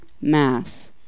mass